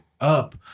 up